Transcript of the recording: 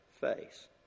face